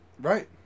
Right